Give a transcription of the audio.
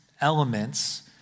elements